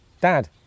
Dad